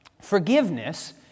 forgiveness